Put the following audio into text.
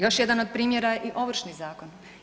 Još jedan od primjera je i Ovršni zakon.